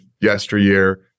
yesteryear